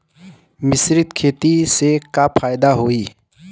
मिश्रित खेती से का फायदा होई?